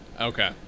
Okay